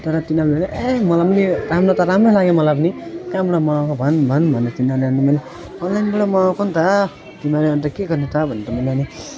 तर तिनीहरूले ए मलाई पनि नि राम्रो त राम्रो लाग्यो मलाई पनि कहाँबाट मगाएको भन् भन् भन्यो तिनीहरूले अनि मैले अनलाइनबाट मगाएको नि त तिमीहरू अन्त के गर्ने त भन्दा उनीहरूले